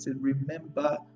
Remember